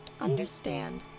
understand